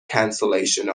cancellation